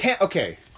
Okay